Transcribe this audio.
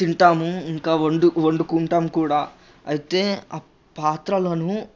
తింటాము ఇంకా వండు వండుకుంటాం కూడా అయితే పాత్రలను